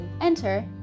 Enter